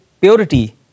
purity